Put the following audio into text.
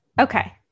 okay